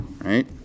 right